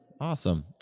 Awesome